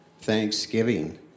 Thanksgiving